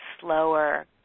slower